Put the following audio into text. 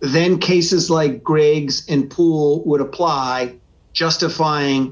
then cases like griggs and pool would apply justifying